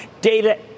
data